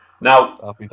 Now